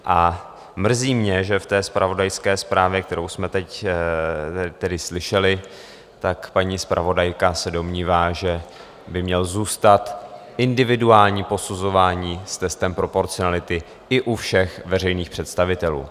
A mrzí mě, že v zpravodajské zprávě, kterou jsme teď slyšeli, paní zpravodajka se domnívá, že by mělo zůstat individuální posuzování s testem proporcionality i u všech veřejných představitelů.